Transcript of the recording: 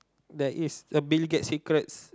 there is a Bill Gate secrets